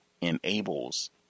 enables